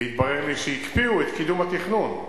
והתברר לי שהקפיאו את קידום התכנון,